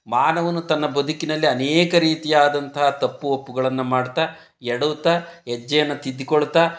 ಮಾನವನು ತನ್ನ ಬದುಕಿನಲ್ಲಿ ಅನೇಕ ರೀತಿಯಾದಂತಹ ತಪ್ಪು ಒಪ್ಪುಗಳನ್ನು ಮಾಡ್ತಾ ಎಡವ್ತಾ ಹೆಜ್ಜೆಯನ್ನ ತಿದ್ದಿಕೊಳ್ತಾ